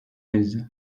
verici